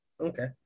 Okay